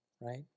Right